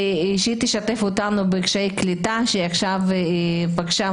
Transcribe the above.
שהיא תשתף אותנו בקשיי הקליטה שהיא עכשיו פגשה,